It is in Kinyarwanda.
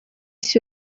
isi